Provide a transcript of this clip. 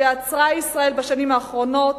שעצרה ישראל בשנים האחרונות,